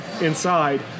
inside